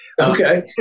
okay